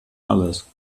alles